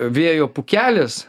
vėjo pūkelis